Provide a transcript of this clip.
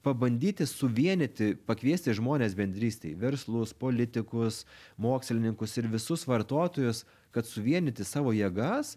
pabandyti suvienyti pakviesti žmones bendrystėj verslus politikus mokslininkus ir visus vartotojus kad suvienyti savo jėgas